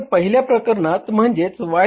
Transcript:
तर पहिल्या प्रकरणात म्हणजेच Y